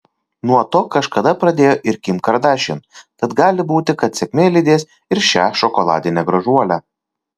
nuo to kažkada pradėjo ir kim kardashian tad gali būti kad sėkmė lydės ir šią šokoladinę gražuolę